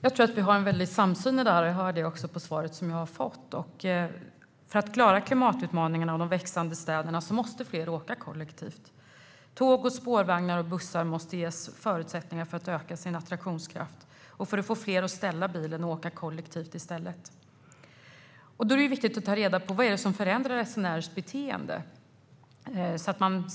Jag tror att vi har en stor samsyn här, och jag hörde det också på svaret. För att klara klimatutmaningarna och de växande städerna måste fler åka kollektivt. Tåg, spårvagnar och bussar måste ges förutsättningar för att öka attraktionskraften och för att få fler att ställa bilen och i stället åka kollektivt. Då är det viktigt att ta reda på vad det är som förändrar resenärers beteende.